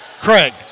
Craig